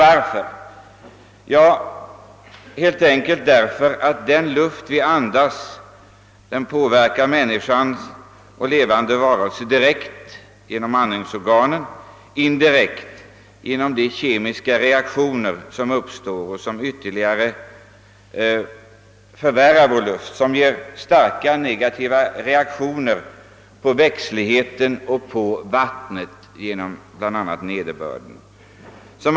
Jo, helt enkelt därför att den luft vi andas påverkar oss och andra levande varelser. direkt genom andningorganen och indirekt genom de kemiska reaktioner som uppstår därav och som ytterligare försämrar luften och har starka negativa verkningar på växtligheten och på vattnet, bl.a. genom nederbörden.